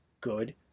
good